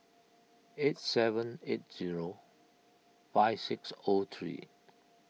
eight seven eight zero five six O three